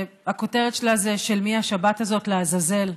שהכותרת שלה: של מי השבת הזאת לעזאזל?